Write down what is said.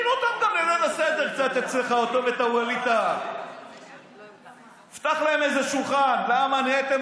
אין שום סיבה להתנגד להליך ראוי, דמוקרטי, שמופיע,